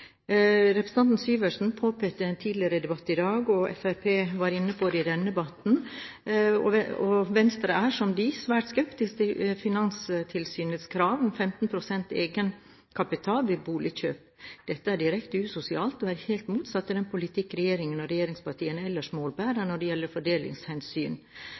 Representanten Syversen påpekte det i en tidligere debatt i dag, Fremskrittspartiet var inne på det i denne debatten, og Venstre er – som dem – svært skeptisk til Finanstilsynets krav om 15 pst. egenkapital ved boligkjøp. Dette er direkte usosialt og er helt motsatt av den politikk regjeringen og regjeringspartiene ellers målbærer når det gjelder fordelingshensyn.